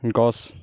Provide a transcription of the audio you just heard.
গছ